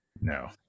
no